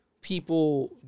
people